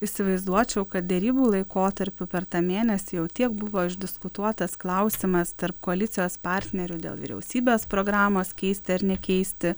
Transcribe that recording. įsivaizduočiau kad derybų laikotarpiu per tą mėnesį jau tiek buvo išdiskutuotas klausimas tarp koalicijos partnerių dėl vyriausybės programos keisti ar nekeisti